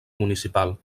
municipal